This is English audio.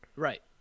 Right